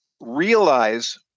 realize